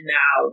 now